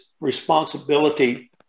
responsibility